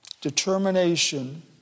Determination